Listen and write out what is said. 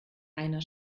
einer